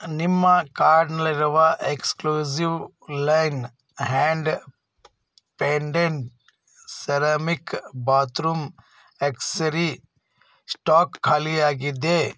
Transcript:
ನಿಮ್ಮ ಕಾರ್ಡ್ನಲ್ಲಿರುವ exclusive line hand painted ceramic bathroom accessory stock ಖಾಲಿಯಾಗಿದೆ